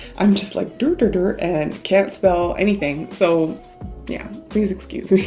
i'm just like, drr drr drr, and can't spell anything. so yeah, please excuse me.